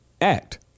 Act